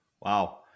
Wow